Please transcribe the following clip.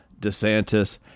DeSantis